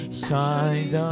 shines